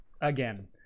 again